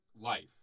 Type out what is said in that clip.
life